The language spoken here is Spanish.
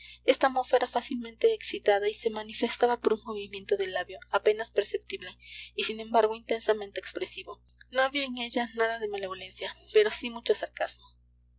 esta mofa era fácilmente excitada y se manifestaba por un movimiento del labio apenas perceptible y sin embargo intensamente expresivo no había en ella nada de malevolencia pero sí mucho sarcasmo